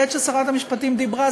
בעת ששרת המשפטים דיברה,